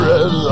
Red